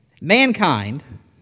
Mankind